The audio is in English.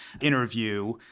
interview